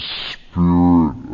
spirit